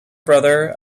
brother